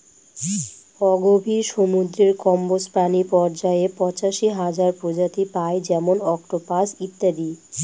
অগভীর সমুদ্রের কম্বজ প্রাণী পর্যায়ে পঁচাশি হাজার প্রজাতি পাই যেমন অক্টোপাস ইত্যাদি